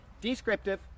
Descriptive